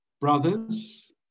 Brothers